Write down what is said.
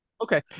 Okay